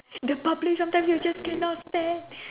the public sometimes you just cannot stand